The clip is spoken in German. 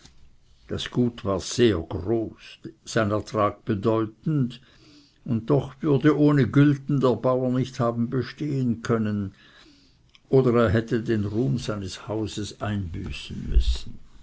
das gut war sehr groß sein ertrag bedeutend und doch würde ohne gülten der bauer nicht haben bestehen können oder hätte den ruhm seines hauses einbüßen müssen